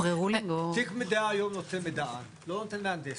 תיק מידע היום נותן מידען, לא נותן מהנדס.